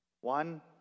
One